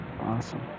Awesome